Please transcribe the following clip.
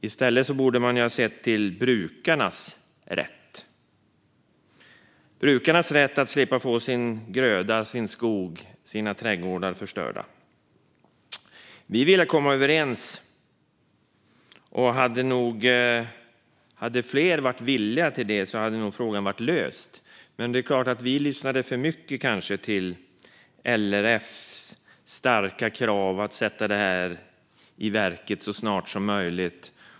I stället borde man ha sett till brukarnas rätt och att de skulle slippa få sin gröda, sin skog och sina trädgårdar förstörda. Vi ville komma överens, och om fler hade varit villiga till det hade frågan nog varit löst. Men vi lyssnade kanske för mycket på LRF:s starka krav att sätta detta i verket så snart som möjligt.